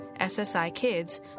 ssikids